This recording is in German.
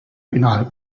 innerhalb